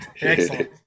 Excellent